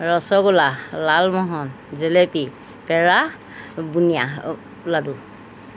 rasgulla lalmohan jalebi peda bundiya লাডু